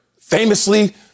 famously